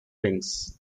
wings